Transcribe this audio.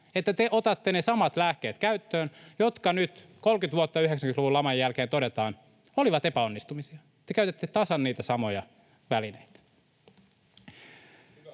että te otatte käyttöön ne samat lääkkeet, jotka nyt 30 vuotta 90-luvun laman jälkeen — todetaan — olivat epäonnistumisia, te käytätte tasan niitä samoja välineitä.